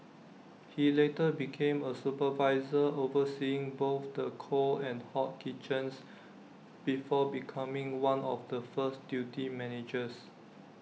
he later became A supervisor overseeing both the cold and hot kitchens before becoming one of the first duty managers